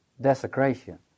desecration